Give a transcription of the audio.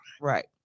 right